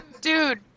Dude